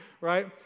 right